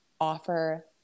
offer